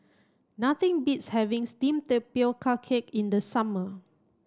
nothing beats having steamed tapioca cake in the summer